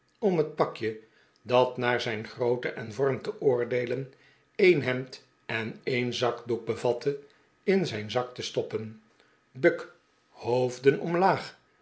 om het pakje dat naar zijn groofte en vorm te oordeelen een hemd en een zakdoek bevatte in zijn zak te stoppen buk hoofden omlaag